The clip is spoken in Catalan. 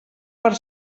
per